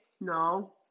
no